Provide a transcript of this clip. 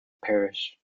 parish